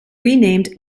renamed